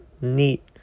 neat